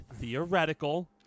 theoretical